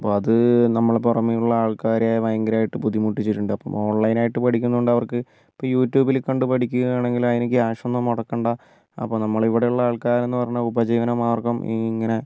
അത് നമ്മൾ പുറമെയുള്ള ആൾക്കാരെ ഭയങ്കരമായിട്ട് ബുദ്ധിമുട്ടിച്ചിട്ടുണ്ട് അപ്പോൾ ഓൺലൈൻ ആയിട്ട് പഠിക്കുന്നത് കൊണ്ട് അവർക്ക് ഇപ്പോൾ യൂട്യൂബിൽ കണ്ട് പഠിക്കുകയാണെങ്കിൽ അതിന് ക്യാഷ് ഒന്നും മുടക്കേണ്ട അപ്പോൾ നമ്മൾ ഇവിടെയുള്ള ആൾക്കാർ എന്ന് പറഞ്ഞാൽ ഉപജീവന മാർഗം ഇങ്ങനെ